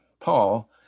paul